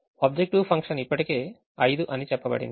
objective function ఇప్పటికే 5 అని చెప్పబడింది